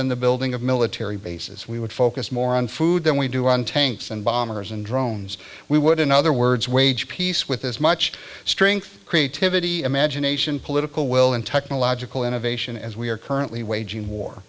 than the building of military bases we would focus more on food than we do on tanks and bombers and drones we would in other words wage peace with as much strength creativity imagination political will and technological innovation as we are currently waging war